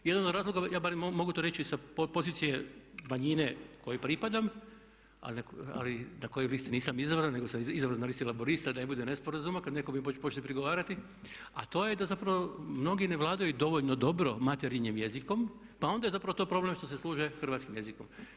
Jedan od razloga ja barem to mogu reći sa pozicije manjine kojoj pripadam, ali na kojoj listi nisam izabran, nego sam izabran na listi Laburista da ne bude nesporazuma kad netko mi počne prigovarati, a to je da zapravo mnogi ne vladaju dovoljno dobro materinjim jezikom, pa onda je zapravo to problem što se služe hrvatskim jezikom.